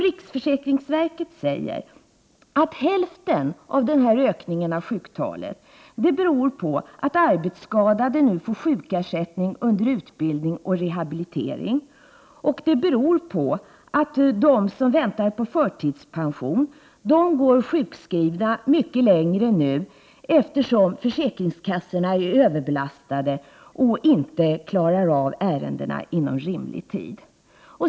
Riksförsäkringsverket säger att hälften av ökningen av sjuktalet beror på att arbetsskadade nu får sjukersättning under utbildning och rehabilitering och på att de som väntar på förtidspension går sjukskrivna mycket längre nu, eftersom försäkringskassorna är överbelastade och inte klarar av ärendena inom rimlig tid.